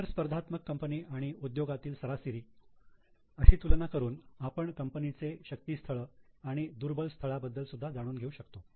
इतर स्पर्धात्मक कंपनी आणि उद्योगातील सरासरी अशी तुलना करून आपण कंपनीचे शक्ती स्थळ आणि दुर्बल स्थळाबद्द्ल सुद्धा जाणून घेऊ शकतो